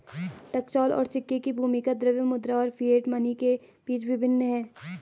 टकसाल और सिक्के की भूमिका द्रव्य मुद्रा और फिएट मनी के बीच भिन्न होती है